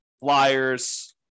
flyers